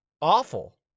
awful